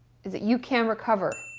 is that you can recover.